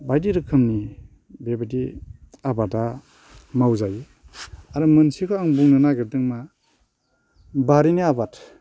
बायदि रोखोमनि बेबायदि आबादा मावजायो आरो मोनसेबाव आं बुंनो नागिरदों मा बारिनि आबाद